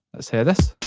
let's hear this.